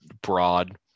broad